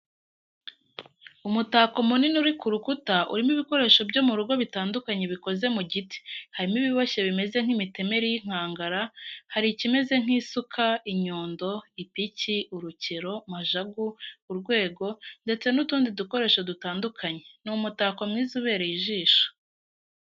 Umutako munini uri ku rukuta urimo ibikoresho byo mu rugo bitandukanye bikoze mu giti, harimo ibiboshye bimeze nk'imitemeri y'inkangara, hari ikimeze nk'isuka, inyundo, ipiki, urukero, majagu, urwego, ndetse n'utundi dukoresho dutandukanye, ni umutako mwiza ubereye ijisho.